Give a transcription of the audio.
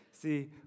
See